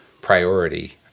priority